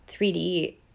3D